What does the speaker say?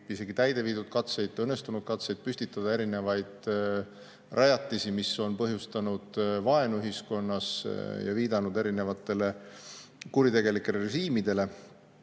isegi täide viidud katseid, õnnestunud katseid, püstitada erinevaid rajatisi, mis on põhjustanud ühiskonnas vaenu ja viidanud erinevatele kuritegelikele režiimidele.